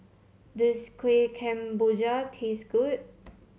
does Kueh Kemboja taste good